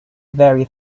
very